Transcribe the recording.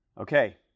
Okay